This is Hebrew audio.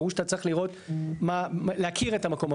ברור שאתה צריך להכיר את המקום.